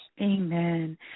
Amen